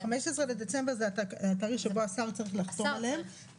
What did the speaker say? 15 בדצמבר זה התאריך שבו השר צריך לחתום עליהן.